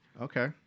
Okay